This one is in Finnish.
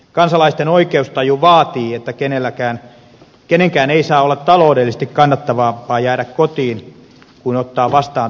kansalaisten oikeustaju vaatii että kenenkään ei saa olla taloudellisesti kannattavampaa jäädä kotiin kuin ottaa vastaan tarjottu työ